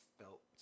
felt